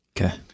Okay